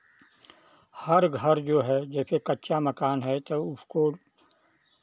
हर घर जो है जैसे कच्चा मकान है तो उसको